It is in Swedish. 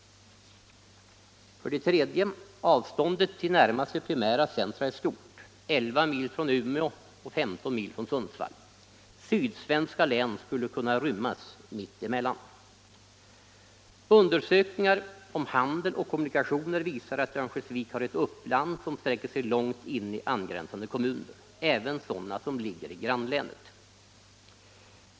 3. Avståndet till närmaste primära centra är stort, 11 mil från Umeå och 15 mil från Sundsvall. Sydsvenska län skulle kunna rymmas mitt emellan. Undersökningar om handel och kommunikationer visar att Örnsköldsvik har ett uppland som sträcker sig långt in i angränsande kommuner, även sådana som ligger i grannlänet.